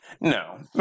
No